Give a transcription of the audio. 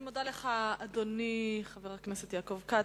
אני מודה לך, אדוני חבר הכנסת יעקב כץ.